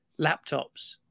laptops